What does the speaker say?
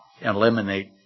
eliminate